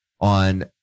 on